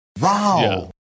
Wow